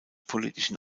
politischen